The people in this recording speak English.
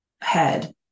head